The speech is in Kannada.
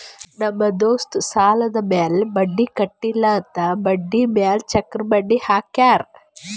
ನಮ್ ದೋಸ್ತ್ ಸಾಲಾದ್ ಮ್ಯಾಲ ಬಡ್ಡಿ ಕಟ್ಟಿಲ್ಲ ಅಂತ್ ಬಡ್ಡಿ ಮ್ಯಾಲ ಚಕ್ರ ಬಡ್ಡಿ ಹಾಕ್ಯಾರ್